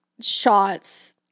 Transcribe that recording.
shots –